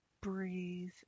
Breathe